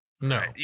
No